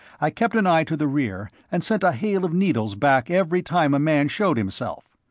i kept an eye to the rear, and sent a hail of needles back every time a man showed himself.